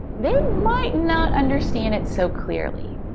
they might not understand it so clearly.